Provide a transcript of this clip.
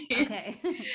Okay